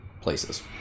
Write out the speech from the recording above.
places